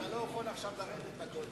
אתה לא יכול עכשיו לרדת בקודש.